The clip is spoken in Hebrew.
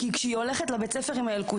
כי כשהיא הולכת לבית הספר עם ילקוט,